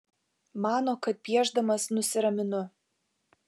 mano kad piešdamas nusiraminu